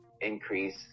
increase